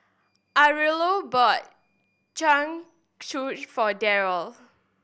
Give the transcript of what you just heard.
Aurilla bought Jingisukan for Darryl